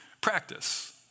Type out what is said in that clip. practice